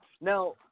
Now